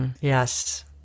Yes